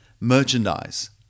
merchandise